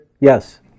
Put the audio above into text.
Yes